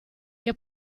che